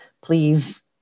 please